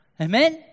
Amen